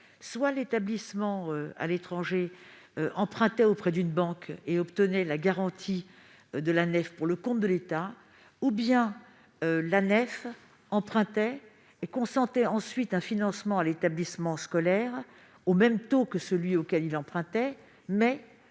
soit l'établissement situé à l'étranger empruntait auprès d'une banque et obtenait la garantie de l'Anefe pour le compte de l'État ; soit c'est cette dernière qui empruntait et qui consentait ensuite un financement à l'établissement scolaire au même taux que celui auquel il empruntait,